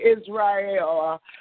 Israel